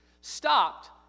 stopped